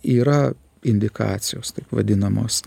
yra indikacijos vadinamos